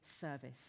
service